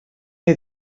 neu